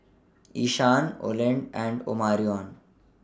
Ishaan Olen and Omarion